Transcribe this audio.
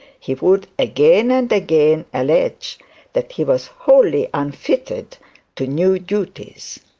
he would again and again allege that he was wholly unfitted to new duties.